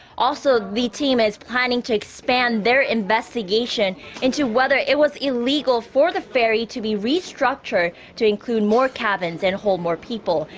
also, the investigative team is planning to expand their investigation into whether it was illegal for the ferry to be restructured to include more cabins and hold more people.